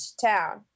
town